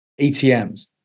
ATMs